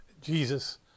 Jesus